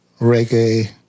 reggae